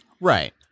Right